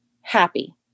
happy